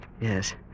Yes